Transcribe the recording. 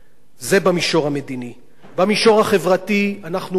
במישור החברתי אנחנו עומדים בפני קיצוצים,